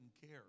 care